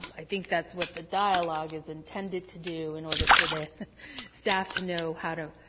i think that's what the dialogue is intended to do in order for the staff to know how to,